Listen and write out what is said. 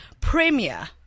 premier